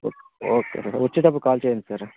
వచ్చేటప్పుడు కాల్ చేయండి సార్